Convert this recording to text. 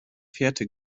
fährte